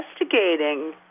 investigating